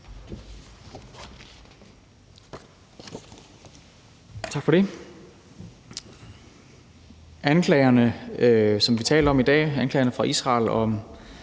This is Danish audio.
Tak for det. Anklagerne, som vi taler om i dag, fra Israel mod